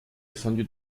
descendu